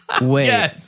Wait